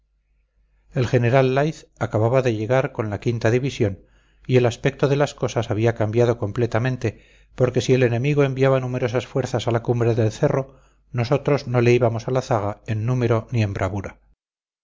el general leith acababa de llegar con la quinta división y el aspecto de las cosas había cambiado completamente porque si el enemigo enviaba numerosas fuerzas a la cumbre del cerro nosotros no le íbamos en zaga en número ni